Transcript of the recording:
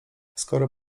skoro